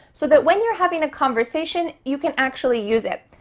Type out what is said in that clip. so that when you're having a conversation, you can actually use it?